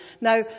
Now